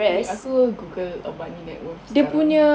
wait aku Google avani net worth sekarang